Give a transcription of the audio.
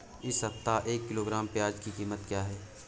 इस सप्ताह एक किलोग्राम प्याज की कीमत क्या है?